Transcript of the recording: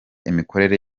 imikorere